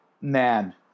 Man